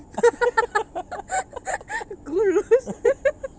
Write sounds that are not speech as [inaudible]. [laughs]